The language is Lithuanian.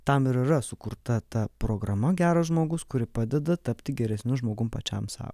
tam ir yra sukurta ta programa geras žmogus kuri padeda tapti geresniu žmogum pačiam sau